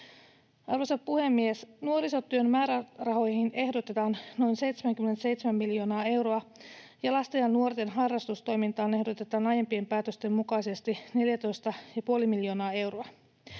Arvoisa puhemies! Nuorisotyön määrärahoihin ehdotetaan noin 77 miljoonaa euroa, ja lasten ja nuorten harrastustoimintaan ehdotetaan aiempien päätösten mukaisesti 14,5 miljoonaa euroa.